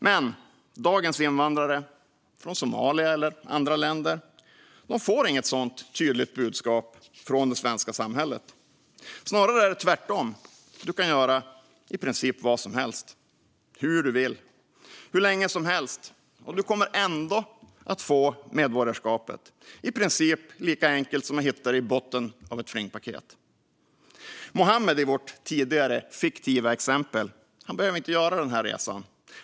Men dagens invandrare från Somalia eller andra länder får inget sådant tydligt budskap från det svenska samhället. Snarare är det tvärtom. Du kan göra i princip vad som helst, hur du vill, hur länge som helst, och du kommer ändå att få medborgarskapet. Det är i princip lika enkelt som att hitta det på botten av ett flingpaket. Muhammed i vårt fiktiva exempel behöver inte göra den här resan.